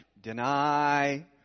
deny